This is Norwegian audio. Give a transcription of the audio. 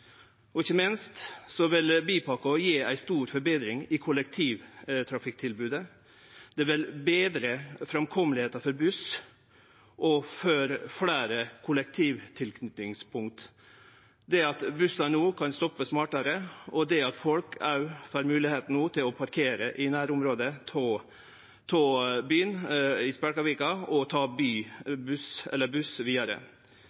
lokalbefolkninga. Ikkje minst vil bypakka gje ei stor forbetring i kollektivtrafikktilbodet. Det vil betre framkoma for buss og gje fleire kollektivtilknytingspunkt, som at bussar no kan stoppe smartare, og folk får moglegheit til å parkere i nærområdet av byen, i Spjelkavik, og ta buss vidare.